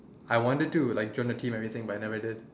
I wanted to like join a team and everything but never did